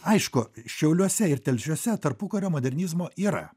aišku šiauliuose ir telšiuose tarpukario modernizmo yra